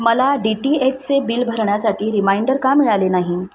मला D T एचचे bill भरण्यासाठी रिमाइंडर का मिळाले नाही